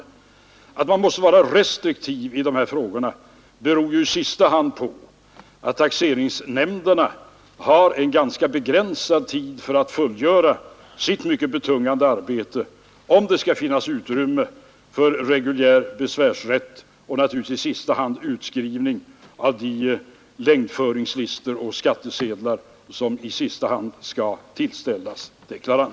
Att man måste vara restriktiv i dessa frågor beror i sista hand på att taxeringsnämnderna har en ganska begränsad tid för att fullgöra sitt mycket betungande arbete. Det skall ju också lämnas tidsmässigt utrymme för den reguljära besvärsrätten och naturligtvis för utskrivning av de längdföringslistor och skattsedlar som i sista hand skall tillställas deklaranten.